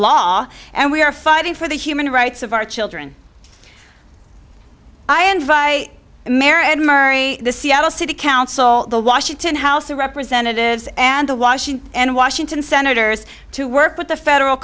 law and we are fighting for the human rights of our children i invite america and marry the seattle city council the washington house of representatives and to washington and washington senators to work with the federal